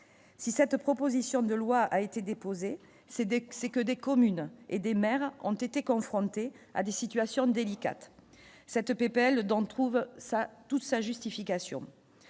si cette proposition de loi a été déposée Cedex et que des communes et des maires ont été confrontés à des situations délicates cette PPL dans trouve ça toute sa justification